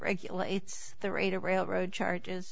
regulates the rate at railroad charges